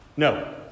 No